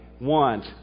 want